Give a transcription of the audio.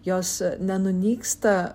jos nenunyksta